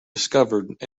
discovered